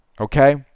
okay